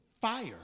fire